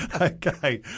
Okay